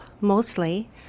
mostly